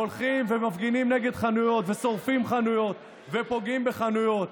והולכים ומפגינים נגד חנויות ושורפים חנויות ופוגעים בחנויות,